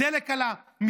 הדלק עלה,